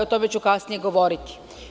O tome ću kasnije govoriti.